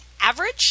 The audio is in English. average